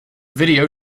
video